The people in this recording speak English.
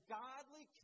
godly